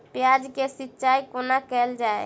प्याज केँ सिचाई कोना कैल जाए?